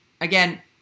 again